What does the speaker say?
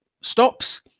stops